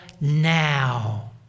now